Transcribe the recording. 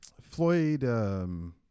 Floyd